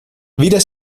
weder